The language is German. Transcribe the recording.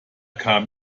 kam